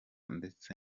ndetse